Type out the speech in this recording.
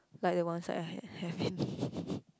like the ones that I had have